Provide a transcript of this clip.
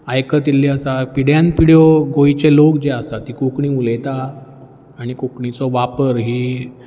ती आयकत येयल्ली आसा पिढ्यान पिढी गोंयचे लोक जे आसा ती कोंकणी उलयता आणी कोंकणीचो वापर ही